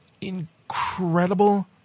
incredible